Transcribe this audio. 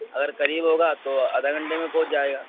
اگر قریب ہوگا تو آدھا گھنٹے میں پہنچ جائے گا